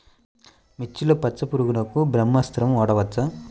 మిర్చిలో పచ్చ పురుగునకు బ్రహ్మాస్త్రం వాడవచ్చా?